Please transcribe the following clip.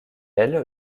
elle